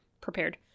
prepared